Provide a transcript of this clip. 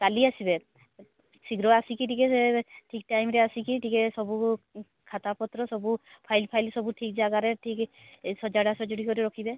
କାଲି ଆସିବେ ଶୀଘ୍ର ଆସିକି ଟିକିଏ ଠିକ୍ ଟାଇମ୍ରେ ଆସିକି ଟିକିଏ ସବୁ ଖାତା ପତ୍ର ସବୁ ଫାଇଲ୍ ଫାଇଲ୍ ସବୁ ଠିକ୍ ଜାଗାରେ ଠିକ୍ ଏ ସଜଡ଼ା ସଜଡ଼ି କରି ରଖିବେ